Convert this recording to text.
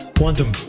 Quantum